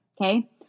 Okay